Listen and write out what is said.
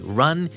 run